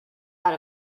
out